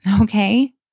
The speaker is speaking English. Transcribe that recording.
okay